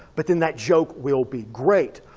but then that joke will be great.